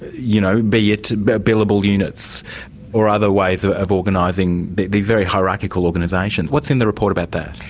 you know be it billable units or other ways of of organising the the very hierarchical organisation. what's in the report about that?